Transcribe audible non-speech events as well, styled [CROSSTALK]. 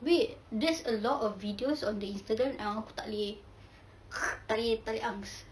abeh there's a lot of videos on the instagram now aku tak boleh [NOISE] tak boleh tak boleh angs